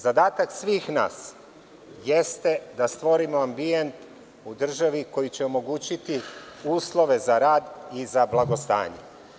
Zadatak svih nas jeste da stvorimo ambijent u državi koji će omogućiti uslove za rad i za blagostanje.